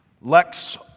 Lex